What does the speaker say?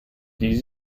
wie